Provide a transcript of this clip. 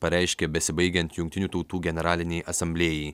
pareiškė besibaigiant jungtinių tautų generalinei asamblėjai